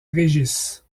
régis